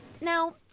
Now